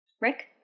Rick